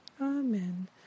Amen